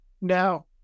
Now